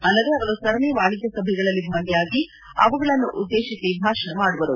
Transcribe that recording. ಅಲ್ಲದೆ ಅವರು ಸರಣಿ ವಾಣಿಜ್ನ ಸಭೆಗಳಲ್ಲಿ ಭಾಗಿಯಾಗಿ ಅವುಗಳನ್ನು ಉದ್ದೇಶಿಸಿ ಭಾಷಣ ಮಾಡುವರು